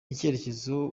icyerekezo